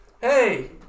Hey